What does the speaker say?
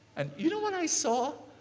and you know when i saw?